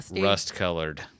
rust-colored